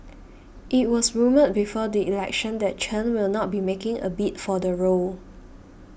it was rumoured before the election that Chen will not be making a bid for the role